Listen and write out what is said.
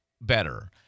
better